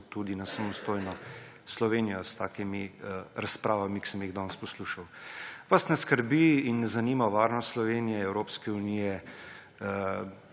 tudi na samostojno Slovenijo s takimi razpravami, ki sem jih danes poslušal. Vas ne skrbi in ne zanima varnost Slovenije, Evropske unije